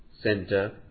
Center